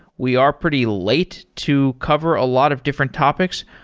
we are pretty late to cover a lot of different topics.